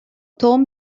توم